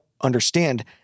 understand